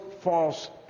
false